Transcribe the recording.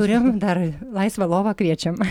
turim dar laisvą lovą kviečiam